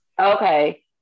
Okay